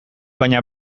baina